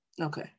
Okay